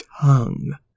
tongue